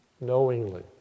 knowingly